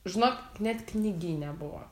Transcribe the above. žinok net knygyne buvo